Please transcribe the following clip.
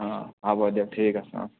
অঁ হ'ব দিয়ক ঠিক আছে অঁ